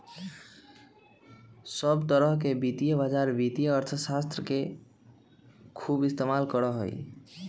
सब तरह के वित्तीय बाजार वित्तीय अर्थशास्त्र के खूब इस्तेमाल करा हई